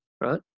right